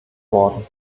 worden